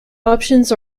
options